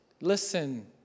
Listen